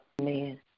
Amen